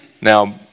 Now